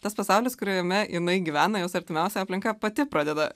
tas pasaulis kuriame jinai gyvena jos artimiausia aplinka pati pradeda